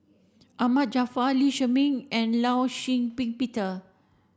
Ahmad Jaafar Lee Shermay and Law Shau Ping Peter